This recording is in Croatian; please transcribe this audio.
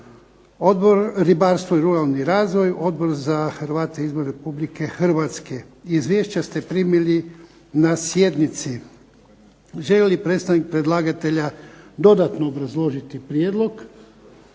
Odbor ribarstvo i ruralni razvoj, Odbor za Hrvate izvan Republike Hrvatske. Izvješća ste primili na sjednici. Želi li predstavnik predlagatelja dodatno obrazložiti prijedlog?